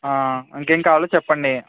ఇంకేం కావాలో చెప్పండి